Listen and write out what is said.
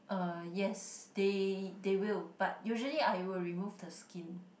uh yes they they will but usually I will remove the skin